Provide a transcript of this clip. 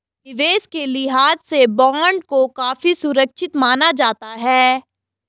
निवेश के लिहाज से बॉन्ड को काफी सुरक्षित माना जाता है